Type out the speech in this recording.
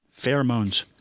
Pheromones